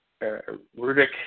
Rudick